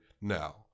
now